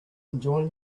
enjoying